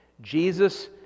Jesus